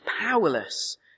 powerless